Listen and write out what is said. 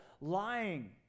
Lying